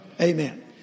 Amen